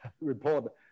report